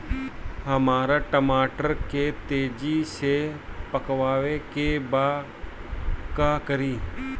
हमरा टमाटर के तेजी से पकावे के बा का करि?